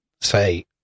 say